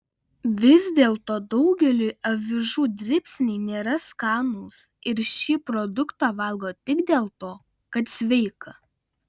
vis dėlto daugeliui avižų dribsniai nėra skanūs ir šį produktą valgo tik dėl to kad sveika